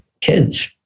kids